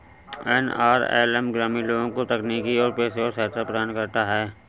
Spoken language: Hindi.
एन.आर.एल.एम ग्रामीण लोगों को तकनीकी और पेशेवर सहायता प्रदान करता है